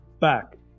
back